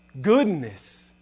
goodness